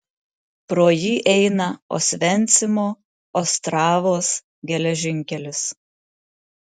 pro jį eina osvencimo ostravos geležinkelis